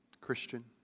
Christian